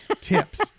tips